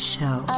Show